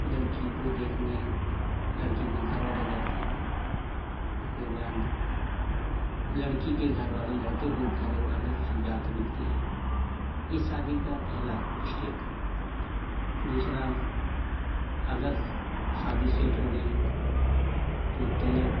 लड़की को देखने लड़के के घर वाले जाते हैं उसके बाद लड़की के घर वाले लड़के को घर वाले से जाके मिलते हैं इस शादी का पहला स्टेप दूसरा अगर शा शादी सेट हो गई तो तिलक